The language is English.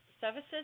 services